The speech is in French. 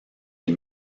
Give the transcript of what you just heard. les